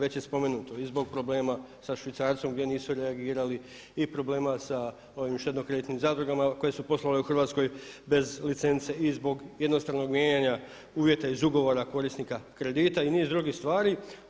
Već je spomenuto i zbog problema sa švicarcem gdje nisu reagirali i problema sa ovim štedno-kreditnim zadrugama koje su poslovale u Hrvatskoj bez licence i zbog jednostavnog mijenjanja uvjeta iz ugovora korisnika kredita i niz drugih stvari.